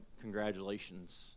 congratulations